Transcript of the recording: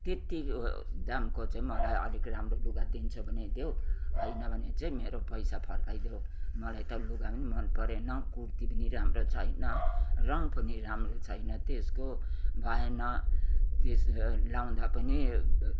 तेत्ति दामको चै मलाई अलिक राम्रो लुगा दिन्छौ भमने देउ हैन भने चै मेरो पैसा फर्काइदेउ मलाई त लुगाम् मन परेन कुर्ती पिनि राम्रो छैन रङ पुनि राम्रो छैन तेस्को भएन तेस लाउँदा पनि